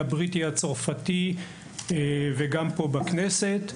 הבריטי והצרפתי וגם פה בכנסת,